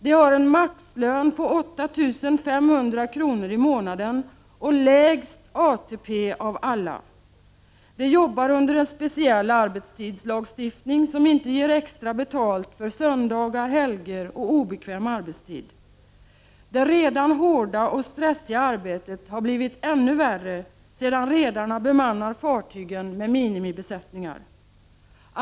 De har en maximilön på 8 500 kr. i månaden och lägst ATP av alla. De jobbar under en speciell arbetstidslagstiftning, som inte ger extra betalt för söndagar, helger och obekväm arbetstid. Det redan hårda och stressiga arbetet har blivit ännu värre sedan redarna börjat bemanna fartygen med minimibesättningar.